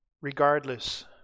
regardless